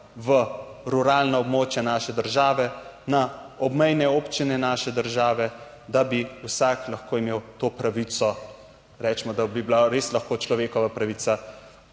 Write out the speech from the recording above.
v ruralna območja naše države, na obmejne občine naše države, da bi vsak lahko imel to pravico, recimo da bi bila res lahko človekova pravica.